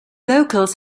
locals